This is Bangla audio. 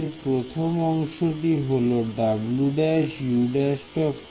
এর প্রথম অংশটি হল w′u′